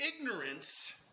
Ignorance